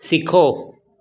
सिखो